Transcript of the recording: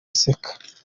aseka